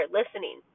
listening